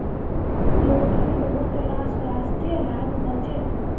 लौकीर बहुतला स्वास्थ्य लाभ ह छेक